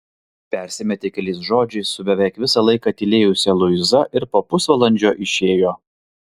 persimetė keliais žodžiais su beveik visą laiką tylėjusia luiza ir po pusvalandžio išėjo